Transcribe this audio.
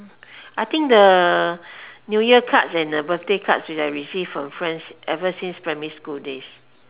I think the new year cards and the birthday cards which I received from friends ever since primary school days